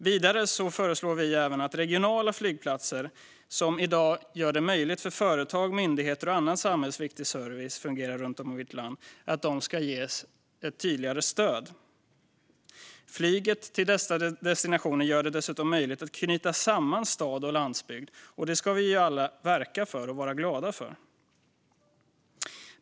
Vidare föreslår vi att regionala flygplatser, som i dag gör det möjligt för företag, myndigheter och annan samhällsviktig service att fungera runt om i vårt land, ges ett tydligare stöd. Flyget till dessa destinationer gör det dessutom möjligt att knyta samman stad och landsbygd, och det ska vi alla verka för och vara glada för.